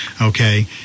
okay